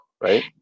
right